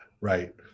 Right